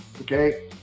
Okay